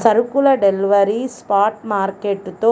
సరుకుల delivery spot market తో